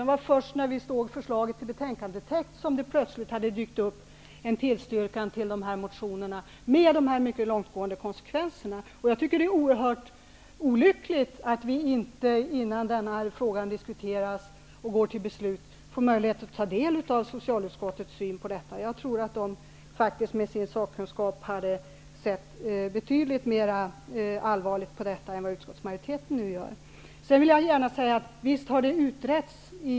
Det var först i betänkandetexten som det dök upp ett tillstyrkande till motioner med dessa mycket långtgående konsekvenser. Det är oerhört olyckligt att vi inte, innan vi diskuterar frågan och går till beslut, får möjlighet att ta del av socialutskottets syn på frågan. Jag tror att socialutskottet med sina sakkunskaper hade sett betydligt mera allvarligt på denna fråga än vad skatteutskottsmajoriteten gör. Visst har frågan utretts.